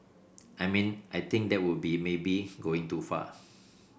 I mean I think that would be maybe going too far